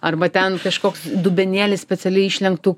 arba ten kažkoks dubenėlis specialiai išlenktu